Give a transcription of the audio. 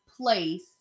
place